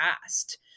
past